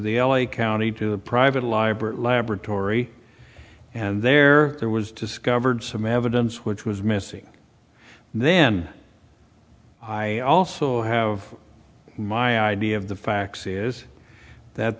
the l a county to a private library laboratory and there there was discovered some evidence which was missing and then i also have my idea of the facts is that